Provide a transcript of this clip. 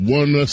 one